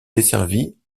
desservies